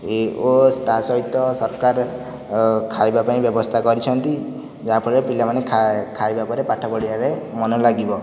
ଏ ଓ ତା ସହିତ ସରକାର ଖାଇବା ପାଇଁ ବ୍ୟବସ୍ଥା କରିଛନ୍ତି ଯାହା ଫଳରେ ପିଲାମାନେ ଖାଇବା ପରେ ପାଠ ପଢ଼ିବାରେ ପାଇଁ ମନ ଲାଗିବ